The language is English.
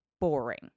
boring